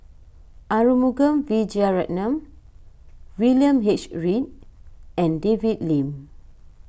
Arumugam Vijiaratnam William H Read and David Lim